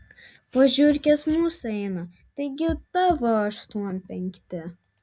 po žiurkės mūsų eina taigi tavo aštuom penkti